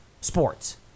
sports